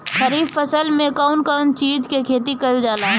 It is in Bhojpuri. खरीफ फसल मे कउन कउन चीज के खेती कईल जाला?